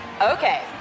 Okay